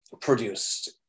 produced